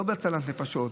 לא רק בהצלת נפשות,